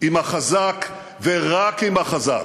עם החזק, ורק עם החזק,